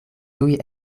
tuj